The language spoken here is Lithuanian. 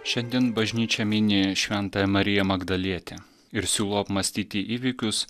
šiandien bažnyčia mini šventąją mariją magdalietę ir siūlo apmąstyti įvykius